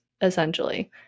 essentially